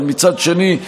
אבל מצד שני,